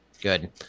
good